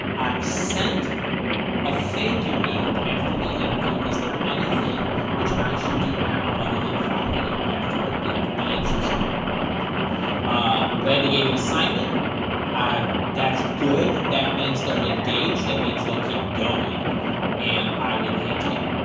i've sent a thank-you note after the interview is there anything which i should do now other than following up after one week the answer's no no i'm glad they gave you an assignment i that's good that means they're engaged that means they'll keep going and i would hang tight